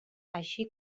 així